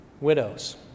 widows